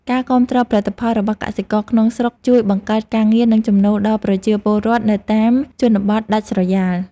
ការគាំទ្រផលិតផលរបស់កសិករក្នុងស្រុកជួយបង្កើតការងារនិងចំណូលដល់ប្រជាពលរដ្ឋនៅតាមជនបទដាច់ស្រយាល។